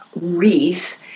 wreath